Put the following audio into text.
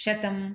शतम्